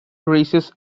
races